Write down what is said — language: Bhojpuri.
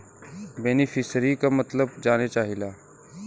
बेनिफिसरीक मतलब जाने चाहीला?